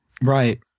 right